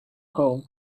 home